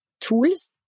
tools